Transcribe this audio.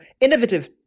innovative